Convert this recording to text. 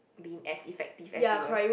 be as effective as it was